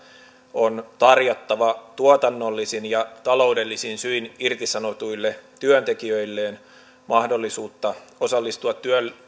on tarjottava tuotannollisin ja taloudellisin syin irtisanotuille työntekijöilleen mahdollisuutta osallistua